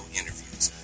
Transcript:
interviews